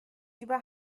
über